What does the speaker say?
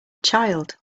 child